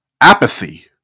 Apathy